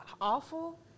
awful